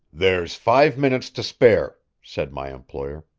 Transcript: there's five minutes to spare, said my employer.